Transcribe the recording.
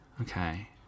Okay